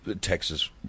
Texas